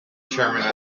chairman